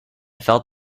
felt